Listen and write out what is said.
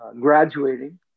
graduating